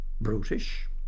brutish